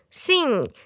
sing